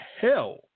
hell